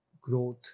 growth